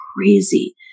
crazy